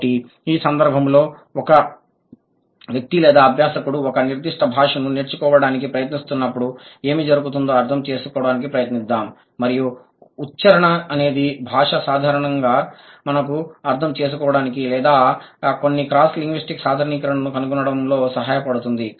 కాబట్టి ఈ సందర్భంలో ఒక వ్యక్తి లేదా అభ్యాసకుడు ఒక నిర్దిష్ట భాషను నేర్చుకోవడానికి ప్రయత్నిస్తున్నప్పుడు ఏమి జరుగుతుందో అర్థం చేసుకోవడానికి ప్రయత్నిద్దాం మరియు ఉచ్ఛారణ అనేది భాషా సాధనంగా మనకు అర్థం చేసుకోవడానికి లేదా కొన్ని క్రాస్ లింగ్విస్టిక్ సాధారణీకరణను కనుగొనడంలో సహాయపడుతుంది